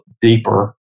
deeper